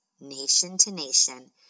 nation-to-nation